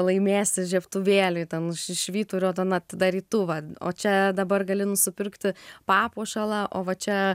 laimėsi žiebtuvėlį ten švyturio ten atidarytuvą o čia dabar gali nusipirkti papuošalą o va čia